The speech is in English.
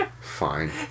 Fine